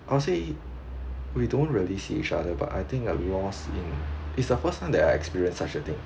I will say we don't really see each other but I think like we all seeing is a first time that I experience such a thing